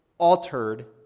altered